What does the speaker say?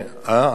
על שחורים,